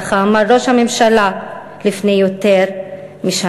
ככה אמר ראש הממשלה לפני יותר משנה.